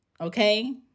Okay